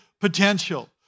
potential